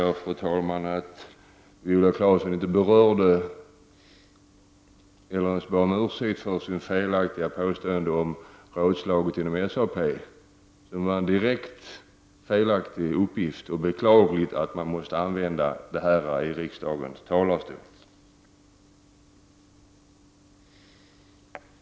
Jag noterade att Viola Claesson inte berörde eller ens bad om ursäkt för sitt felaktiga påstående om rådslaget inom SAP. Hon lämnade en direkt felaktig uppgift. Det är beklagligt att man måste använda sådana i riksdagens talarstol.